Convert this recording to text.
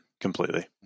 completely